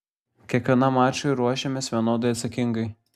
kiekvienam mačui ruošiamės vienodai atsakingai